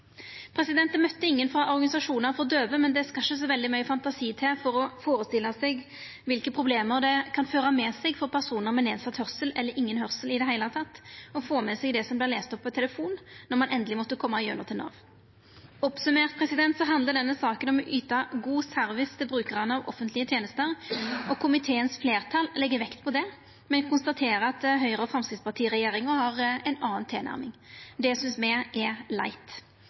Det møtte ingen frå organisasjonane for døve, men det skal ikkje så veldig mykje fantasi til for å førestilla seg kva for problem det kan føra med seg for personar med redusert høyrsel, eller ingen høyrsel i det heile, å få med seg det som vert lese opp på telefon, når ein endeleg måtte koma igjennom til Nav. Oppsummert handlar denne saka om å yta god service til brukarane av offentlege tenester, og fleirtalet i komiteen legg vekt på det. Me konstaterer at Høgre–Framstegsparti-regjeringa har ei anna tilnærming. Det synest me er